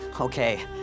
Okay